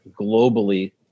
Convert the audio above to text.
globally